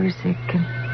music